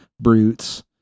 brutes